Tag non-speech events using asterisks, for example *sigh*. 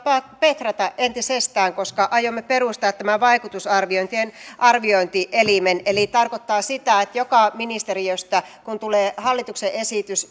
petrata entisestään koska aiomme perustaa vaikutusarviointien arviointielimen eli se tarkoittaa sitä että kun joka ministeriöstä tulee hallituksen esitys *unintelligible*